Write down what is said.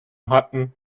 hatten